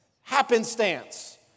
happenstance